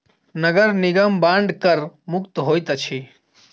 नगर निगम बांड कर मुक्त होइत अछि